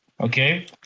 okay